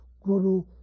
guru